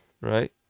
right